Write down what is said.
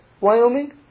Wyoming